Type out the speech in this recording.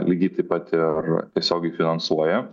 lygiai taip pat ir tiesiogiai finansuoja